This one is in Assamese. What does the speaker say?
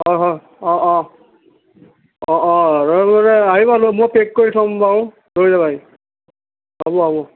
অঁ অঁ অঁ অঁ অঁ অঁ মানে আহিম মই পেক কৰি থ'ম বাও লৈ যাবহি হ'ব হ'ব